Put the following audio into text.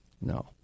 No